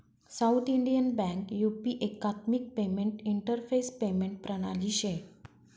south Indian Bank UPI एकात्मिक payment interface payment प्रणाली शे